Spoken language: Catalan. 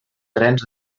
trens